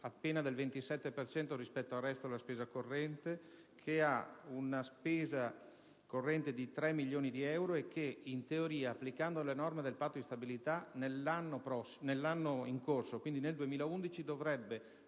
per cento rispetto al resto della spesa corrente, e che ha una spesa corrente di 3 milioni di euro. In teoria, applicando le norme del Patto di stabilità, nell'anno in corso, tale Comune dovrebbe